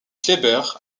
kléber